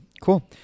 cool